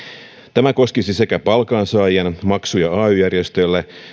tämä koskisi sekä palkansaa jien maksuja ay järjestöille